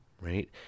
right